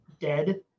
dead